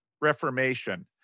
Reformation